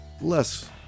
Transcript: less